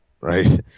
Right